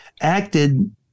acted